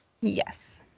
Yes